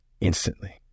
Instantly